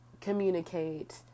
communicate